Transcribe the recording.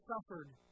suffered